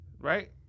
right